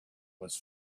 was